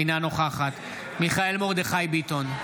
אינה נוכחת מיכאל מרדכי ביטון,